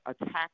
attack